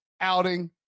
outing